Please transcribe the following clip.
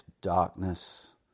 darkness